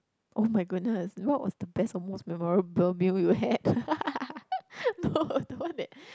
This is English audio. [oh]-my-goodness what was the best or most memorable meal you had no the one that